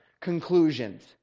conclusions